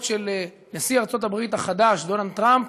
של נשיא ארצות-הברית החדש דונלד טראמפ